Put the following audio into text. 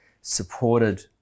supported